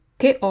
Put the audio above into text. che